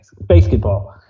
basketball